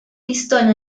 pistola